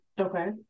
Okay